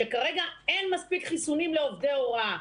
שכרגע אין מספיק חיסונים לעובדי הוראה.